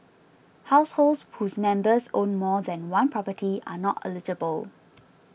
households whose members own more than one property are not eligible